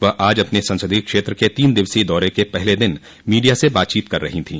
वह आज अपने संसदीय क्षेत्र के तीन दिवसीय दौरे के पहले दिन मीडिया से बातचीत कर रही थीं